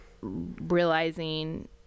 realizing